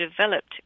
developed